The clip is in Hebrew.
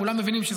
כולם מבינים,